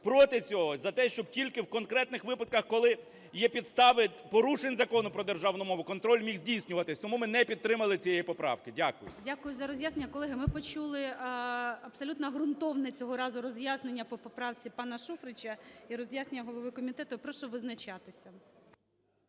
проти цього, за те, що тільки в конкретних випадках, коли є підстави порушень закону про державну мову контроль міг здійснюватись. Тому ми не підтримали цієї поправки. Дякую. ГОЛОВУЮЧИЙ. Дякую за роз'яснення. Колеги, ми почули абсолютно ґрунтовне, цього разу, роз'яснення по поправці пана Шуфрича і роз'яснення голови комітету. Прошу визначатися.